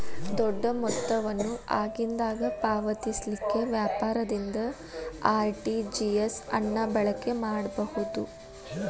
ದೊಡ್ಡ ಮೊತ್ತವನ್ನು ಆಗಿಂದಾಗ ಪಾವತಿಸಲಿಕ್ಕೆ ವ್ಯಾಪಾರದಿಂದ ಆರ್.ಟಿ.ಜಿ.ಎಸ್ ಅನ್ನ ಬಳಕೆ ಮಾಡಬಹುದು